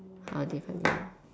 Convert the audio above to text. different